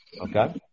Okay